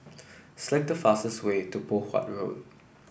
select the fastest way to Poh Huat Road